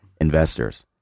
investors